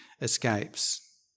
escapes